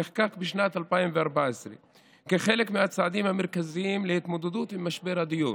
נחקק בשנת 2014 כחלק מהצעדים המרכזיים להתמודדות עם משבר הדיור,